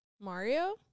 Mario